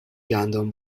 گندم